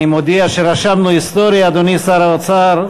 אני מודיע שרשמנו היסטוריה, אדוני שר האוצר.